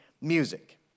music